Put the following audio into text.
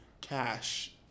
cash